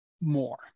more